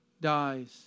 dies